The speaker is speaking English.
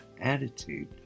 attitude